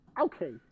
Okay